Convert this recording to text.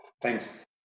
Thanks